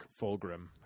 Fulgrim